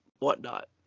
whatnot